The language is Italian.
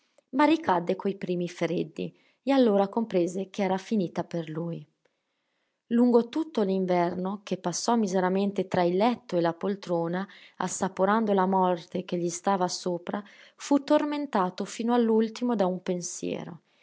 ma ricadde coi primi freddi e allora comprese che era finita per lui lungo tutto l'inverno che passò miseramente tra il letto e la poltrona assaporando la morte che gli stava sopra fu tormentato fino all'ultimo da un pensiero